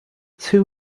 too